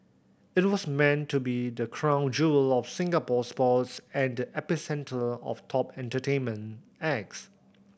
it was meant to be the crown jewel of Singapore sports and the epicentre of top entertainment acts